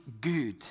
good